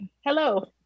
Hello